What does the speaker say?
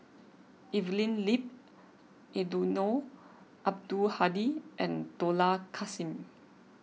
Evelyn Lip Eddino Abdul Hadi and Dollah Kassim